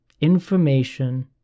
Information